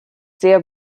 sehr